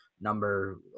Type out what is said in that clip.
number